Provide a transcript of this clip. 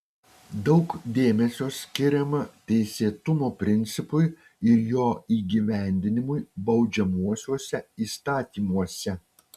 daug dėmesio skiriama teisėtumo principui ir jo įgyvendinimui baudžiamuosiuose įstatymuose